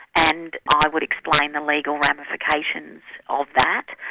and i would explain the legal ramifications of that,